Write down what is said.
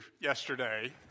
yesterday